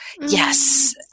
yes